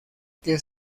que